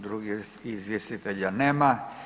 Drugih izvjestitelja nema.